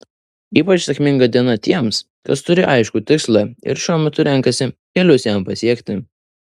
ypač sėkminga diena tiems kas turi aiškų tikslą ir šiuo metu renkasi kelius jam pasiekti